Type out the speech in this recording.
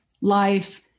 life